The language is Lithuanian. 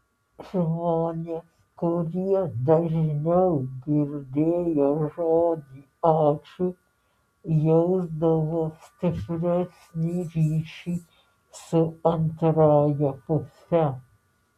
žmonės kurie dažniau girdėjo žodį ačiū jausdavo stipresnį ryšį su antrąja puse